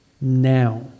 now